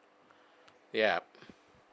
ya